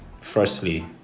Firstly